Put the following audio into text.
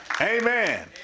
Amen